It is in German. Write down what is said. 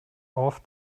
auf